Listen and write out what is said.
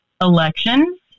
elections